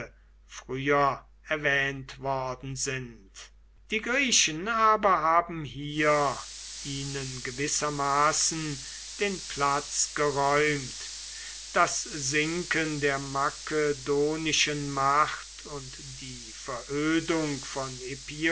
früher erwähnt worden sind die griechen aber haben hier ihnen gewissermaßen den platz geräumt das sinken der makedonischen macht und die verödung von